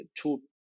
two